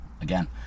again